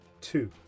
Two